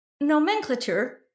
nomenclature